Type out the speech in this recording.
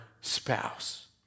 spouse